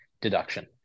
deduction